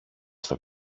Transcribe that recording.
στο